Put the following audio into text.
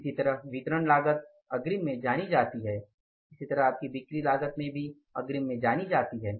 इसी तरह वितरण लागत अग्रिम में जानी जाती है इसी तरह आपकी बिक्री लागत भी अग्रिम में जानी जाती है